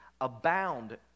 abound